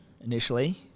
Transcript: initially